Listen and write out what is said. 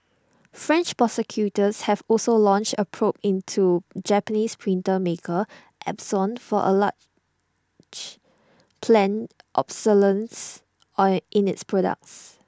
French prosecutors have also launched A probe into Japanese printer maker Epson for alleged planned obsolescence or in its products